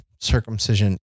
circumcision